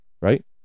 right